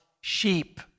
sheep